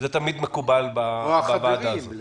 זה תמיד מקובל בוועדה הזאת.